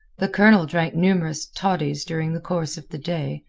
the colonel drank numerous toddies during the course of the day,